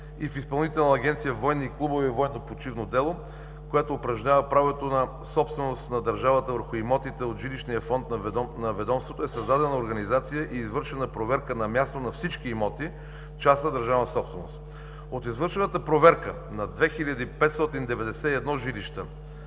и в Изпълнителна агенция „Военни клубове и военно почивно дело“, която упражнява правото на собственост на държавата върху имотите от жилищния фонд на ведомството е създадена организация и извършена проверка на място на всички имоти частна-държавна собственост. От извършената проверка на 2591 жилищни